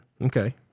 okay